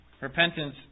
Repentance